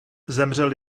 zemřel